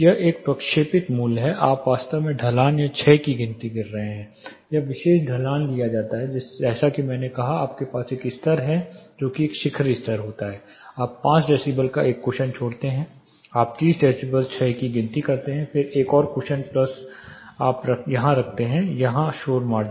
यह एक प्रक्षेपित मूल्य है आप वास्तव में ढलान या क्षय की गिनती कर रहे हैं यह विशेष ढलान लिया जाता है जैसा कि मैंने कहा कि आपके पास एक स्तर है जो एक शिखर स्तर है आप 5 डेसीबल का एक कुशन छोड़ते हैं आप 30 डीबी क्षय की गिनती करते हैं फिर एक और कुशन प्लस आप रखते हैं यहाँ शोर मार्जिन